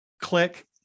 click